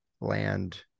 Land